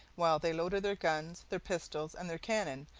while they loaded their guns, their pistols, and their cannon,